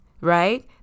right